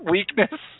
Weakness